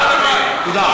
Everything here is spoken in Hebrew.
צריך,